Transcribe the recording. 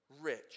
rich